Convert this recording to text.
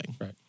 Right